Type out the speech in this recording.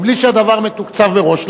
מבלי שהדבר מתוקצב מראש,